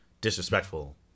disrespectful